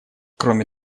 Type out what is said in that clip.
кроме